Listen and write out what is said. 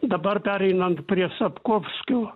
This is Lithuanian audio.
dabar pereinant prie sapkovskio